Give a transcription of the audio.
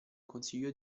consiglio